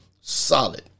solid